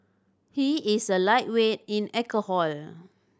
he is a lightweight in alcohol